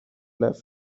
left